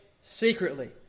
secretly